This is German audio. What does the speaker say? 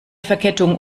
verkettung